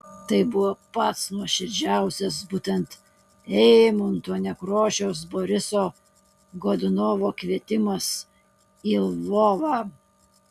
tai buvo pats nuoširdžiausias būtent eimunto nekrošiaus boriso godunovo kvietimas į lvovą